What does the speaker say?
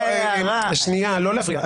לא להפריע.